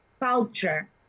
culture